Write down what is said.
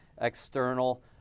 external